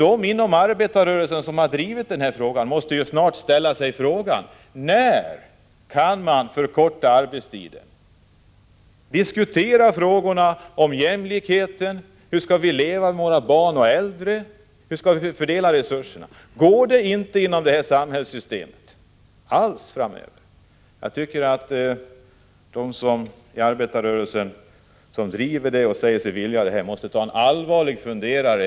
De inom arbetarrörelsen som har drivit dessa frågor måste ju snart fråga sig: När kan man förkorta arbetstiden? Diskutera också jämlikhetsfrågorna! Ta reda på hur vi skall leva tillsammans med våra barn och äldre och hur vi skall fördela resurserna! Går det inte alls, inom ramen för nuvarande samhällssystem, att göra någonting sådant? Jag tycker att de i arbetarrörelsen som driver dessa frågor måste ta sig en allvarlig funderare.